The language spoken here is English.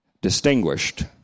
distinguished